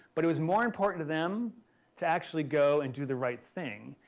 but it was more important to them to actually go and do the right thing.